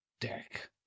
derek